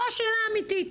זו השאלה האמיתית,